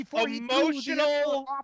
Emotional